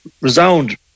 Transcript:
resound